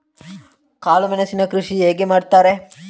ಕಾಳು ಮೆಣಸಿನ ಕೃಷಿ ಹೇಗೆ ಮಾಡುತ್ತಾರೆ?